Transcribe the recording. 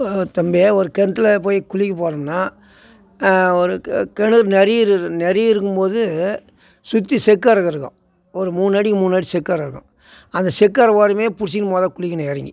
தம்பி ஒரு கிணத்துல போய் குளிக்க போகிறோம்னா ஒரு கிணறு நிறைய நீர் நிறைய இருக்கும்போது சுற்றி செக்காரு இருக்கும் ஒரு மூணடிக்கு மூணடி செக்காரா இருக்கும் அந்த செக்காரு ஓரம் பிடிச்சிகினு மொதல் குளிக்கணும் இறங்கி